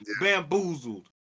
bamboozled